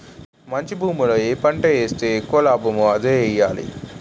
మంచి భూమిలో ఏ పంట ఏస్తే ఎక్కువ లాభమో అదే ఎయ్యాలి